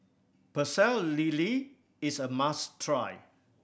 Pecel Lele is a must try